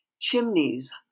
chimneys